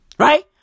Right